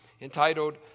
entitled